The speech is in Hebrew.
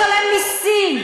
משלם מיסים,